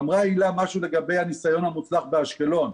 אמרה הילה משהו לגבי הניסיון המוצלח באשקלון.